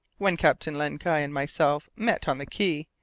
when captain len guy and myself met on the quay,